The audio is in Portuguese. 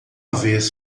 vez